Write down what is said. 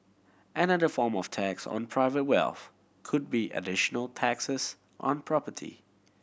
another form of tax on private wealth could be additional taxes on property